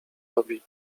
robi